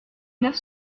neuf